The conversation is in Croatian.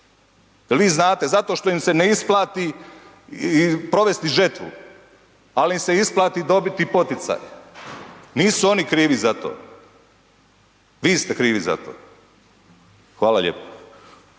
vi znate? Zato jer im se isplatu provesti žetvu, ali im se isplati dobiti poticaj. Nisu oni krivi za to. Vi ste krivi za to. Hvala lijepo.